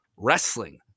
Wrestling